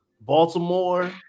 Baltimore